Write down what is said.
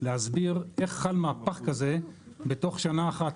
להסביר איך חל מהפך כזה בתוך שנה אחת,